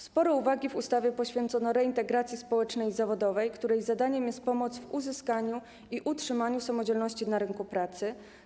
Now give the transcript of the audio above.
Sporo uwagi w ustawie poświęcono reintegracji społecznej i zawodowej, której zadaniem jest pomoc w uzyskaniu i utrzymaniu samodzielności na rynku pracy.